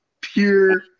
pure